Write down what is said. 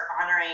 honoring